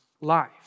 life